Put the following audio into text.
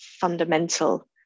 fundamental